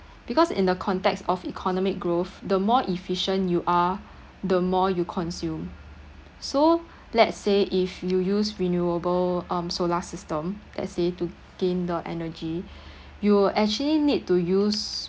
because in the context of economic growth the more efficient you are the more you consume so let's say if you use renewable um solar system let's say to gain the energy you actually need to use